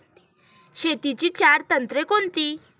शेतीची चार तंत्रे कोणती?